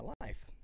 life